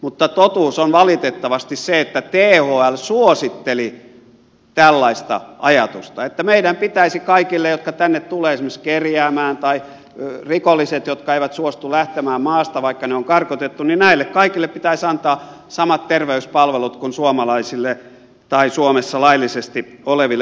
mutta totuus on valitettavasti se että thl suositteli tällaista ajatusta että meidän pitäisi kaikille jotka tänne tulevat esimerkiksi kerjäämään tai rikollisille jotka eivät suostu lähtemään maasta vaikka ne on karkotettu antaa samat terveyspalvelut kuin suomalaisille tai suomessa laillisesti oleville ulkomaalaisille